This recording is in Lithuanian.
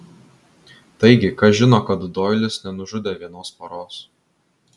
taigi kas žino kad doilis nenužudė vienos poros